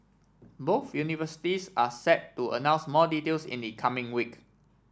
both universities are set to announce more details in the coming week